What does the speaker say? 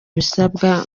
ibisabwa